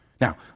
Now